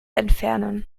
entfernen